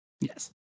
Yes